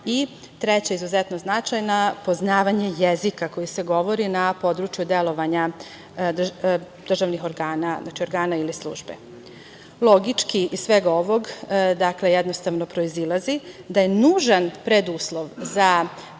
i treća, izuzetno značajna, poznavanje jezika koji se govori na području delovanja državnih organa, znači organa ili službe. Logički iz svega ovog jednostavno proizilazi da je nužan preduslov za